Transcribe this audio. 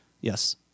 Yes